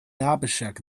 abhishek